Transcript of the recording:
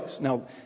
Now